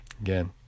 Again